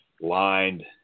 lined